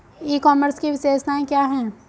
ई commerce की विशेषताएं क्या हैं?